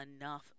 enough